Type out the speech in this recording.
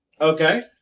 Okay